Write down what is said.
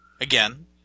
Again